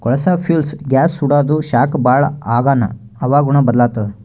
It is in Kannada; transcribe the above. ಕೊಳಸಾ ಫ್ಯೂಲ್ಸ್ ಗ್ಯಾಸ್ ಸುಡಾದು ಶಾಖ ಭಾಳ್ ಆಗಾನ ಹವಾಗುಣ ಬದಲಾತ್ತದ